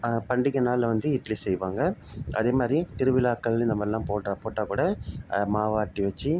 பண்டிகை நாளில் வந்து இட்லி செய்வாங்க அதே மாதிரி திருவிழாக்கள் இந்த மாதிரிலாம் போட்டால் போட்டால்கூட மாவாட்டி வச்சி